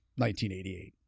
1988